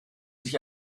sich